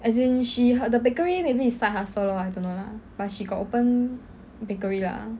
as in she her the bakery maybe is side hustle lor I don't know lah but she got open bakery lah